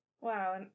wow